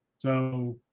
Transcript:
so